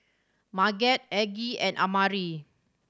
Marget Aggie and Amari